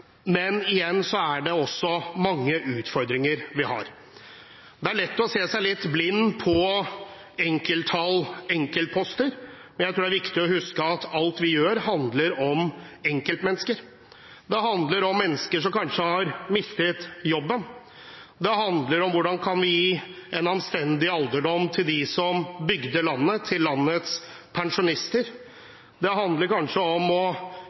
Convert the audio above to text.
men igjen er det også mange utfordringer vi har. Det er lett å se seg litt blind på enkelttall, enkeltposter. Jeg tror det er viktig å huske at alt vi gjør, handler om enkeltmennesker. Det handler om mennesker som kanskje har mistet jobben. Det handler om hvordan vi kan gi en anstendig alderdom til dem som bygde landet, til landets pensjonister. Det handler kanskje om å